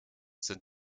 sind